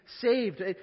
saved